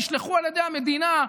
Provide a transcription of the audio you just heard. נשלחו על ידי המדינה,